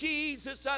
Jesus